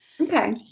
Okay